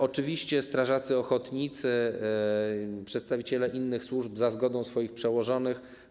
Oczywiście strażacy ochotnicy, przedstawiciele innych służb - za zgodą swoich przełożonych.